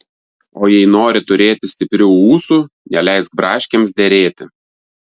o jei nori turėti stiprių ūsų neleisk braškėms derėti